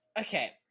okay